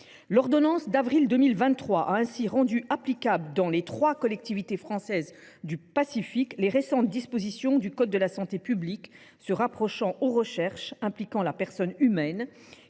L’ordonnance d’avril 2023 a ainsi rendu applicables dans les trois collectivités françaises du Pacifique les récentes dispositions du code de la santé publique relatives aux recherches impliquant la personne humaine,